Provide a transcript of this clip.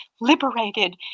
liberated